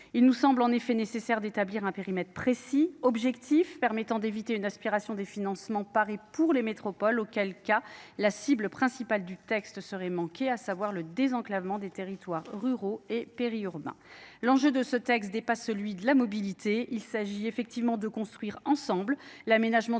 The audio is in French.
Il nous semble en effet nécessaire d'établir un périmètre précis, objectif permettant d'éviter une aspiration des financements parés pour les métropoles, auquel cas la cible principale du texte serait manquer, à savoir le désenclavement des territoires ruraux et périurbains, l'enjeu de ce texte n'est pas celui de la mobilité il s'agit effectivement de construire ensemble l'aménagement